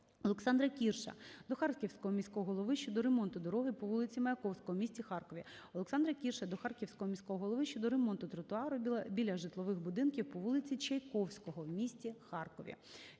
Олександра Кірша до Харківського міського голови щодо ремонту дороги по вулиці Маяковського в місті Харкові. Олександра Кірша до Харківського міського голови щодо ремонту тротуару біля житлових будинків по вулиці Чайковського в місті Харкові.